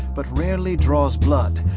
but rarely draws blood,